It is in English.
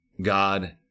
God